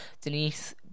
denise